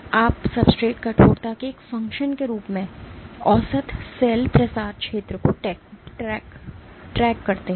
तो और आप सब्सट्रेट कठोरता के एक फंक्शन के रूप में औसत सेल प्रसार क्षेत्र को ट्रैक करते हैं